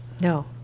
No